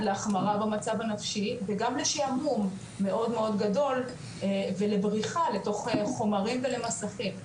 להחמרה במצב הנפשי וגם לשעמום מאוד מאוד גדול ולבריחה לתוך חומרים ולמסכים.